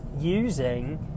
using